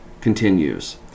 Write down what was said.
continues